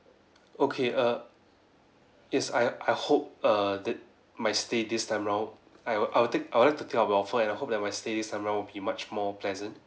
okay err yes I I hope err that my stay this time around I will I'll take I would like take up the offer and I hope that my stay this time around will be much more pleasant